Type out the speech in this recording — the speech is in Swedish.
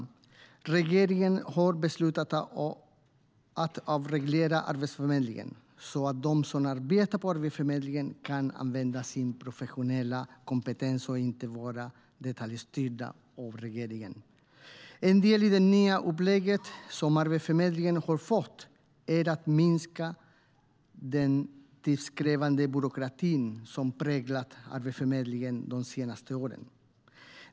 Regeringen har beslutat att avreglera Arbetsförmedlingen så att de som arbetar på myndigheten kan använda sin professionella kompetens och inte vara detaljstyrda av regeringen. En del i det nya upplägget som Arbetsförmedlingen har fått är att minska den tidskrävande byråkrati som präglat myndigheten de senaste åren.